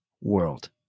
world